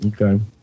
Okay